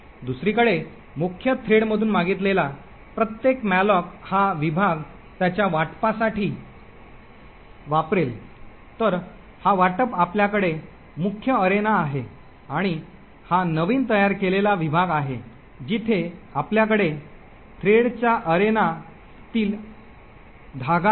दुसरीकडे मुख्य थ्रेडमधून मागितलेला प्रत्येक मॅलोक हा विभाग त्याच्या वाटपासाठी वापरेल तर हा वाटप आपल्याकडे मुख्य अरेना आहे आणि हा नवीन तयार केलेला विभाग आहे जिथे आपल्याकडे थ्रेडच्या अरेना तील धागा आहे